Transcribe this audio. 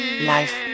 Life